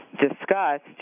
discussed